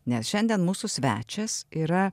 nes šiandien mūsų svečias yra